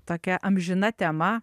tokia amžina tema